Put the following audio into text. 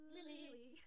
Lily